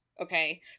okay